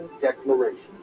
Declaration